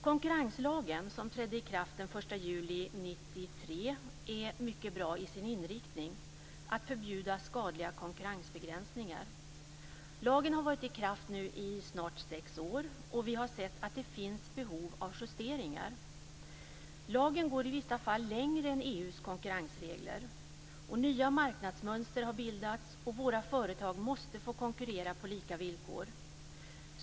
1993, är mycket bra till sin inriktning - att förbjuda skadliga konkurrensbegränsningar. Lagen har nu varit i kraft i snart sex år men vi har sett att det finns behov av justeringar. Lagen går i vissa fall längre än EU:s konkurrensregler. Nya marknadsmönster har bildats. Våra företag måste få konkurrera på lika villkor.